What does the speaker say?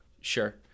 Sure